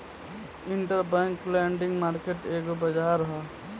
interbank lending market एगो बाजार ह